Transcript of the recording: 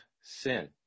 sin